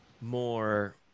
more –